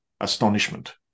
astonishment